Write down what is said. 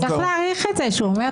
צריך להעריך את זה שהוא אומר את האמת.